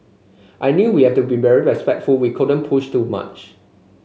I knew we have to be very respectful we couldn't push too much